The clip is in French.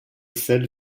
sel